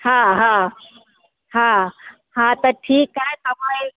हा हा हा हा त ठीकु आहे तव्हां